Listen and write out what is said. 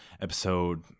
episode